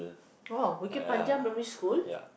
!wow! Bukit-Panjang primary school